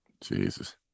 Jesus